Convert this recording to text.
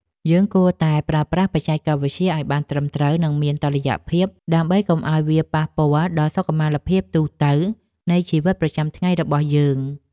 យើងគួរតែប្រើប្រាស់បច្ចេកវិទ្យាឲ្យបានត្រឹមត្រូវ និងមានតុល្យភាពដើម្បីកុំឲ្យវាប៉ះពាល់ដល់សុខុមាលភាពទូទៅនៃជីវិតប្រចាំថ្ងៃរបស់យើង។